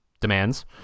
demands